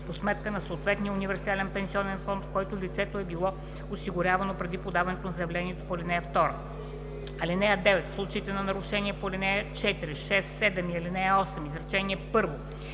по сметка на съответния универсален пенсионен фонд, в който лицето е било осигурявано преди подаването на заявлението по ал. 2. (9) В случаите на нарушение на ал. 4, 6, 7 и ал. 8, изречение